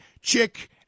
Chick